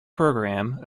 programme